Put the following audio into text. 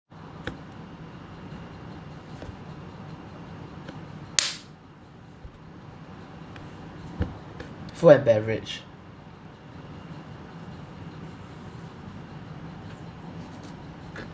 food and beverage